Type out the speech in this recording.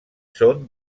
són